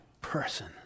person